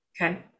okay